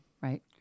right